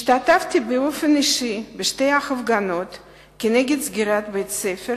השתתפתי באופן אישי בשתי הפגנות כנגד סגירת בית-הספר